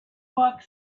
walked